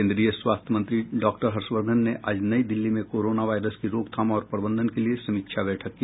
केन्द्रीय स्वास्थ्य मंत्री डॉक्टर हर्षवर्द्वन ने आज नई दिल्ली में कोरोना वायरस की रोकथाम और प्रबंधन के लिए समीक्षा बैठक की